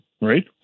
right